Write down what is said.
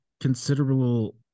considerable